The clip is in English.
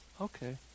okay